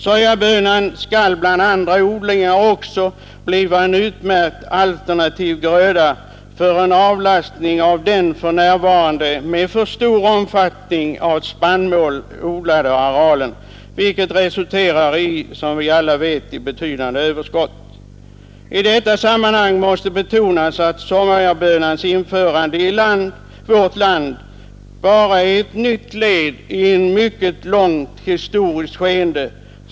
Sojabönan skulle bland andra odlingar bli en utmärkt alternativ gröda på de arealer som för närvarande i alltför stor omfattning utnyttjas för odling av spannmål, vilket resulterar i betydande överskott. I detta sammanhang måste betonas att sojabönans införande i vårt land bara är ett nytt led i ett mycket långt historiskt skeende.